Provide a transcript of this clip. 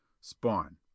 spawn